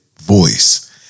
voice